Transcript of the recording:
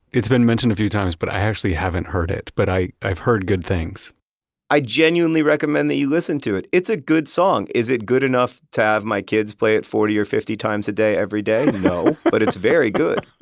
it's been mentioned a few times but i actually haven't heard it but i've heard good things i genuinely recommend that you listen to it. it's a good song. is it good enough to have my kids play it forty or fifty times a day, every day? no. but it's very good